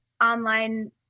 online